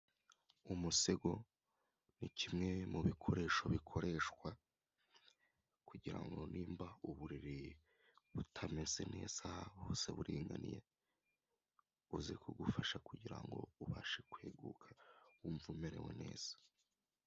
Umusego ni kimwe mu bikoresho bikoreshwa, kugirango niba uburiri butameze neza, buse n'uburinganiye uze kugufasha kugira ngo ubashe kweguka wumve umerewe neza.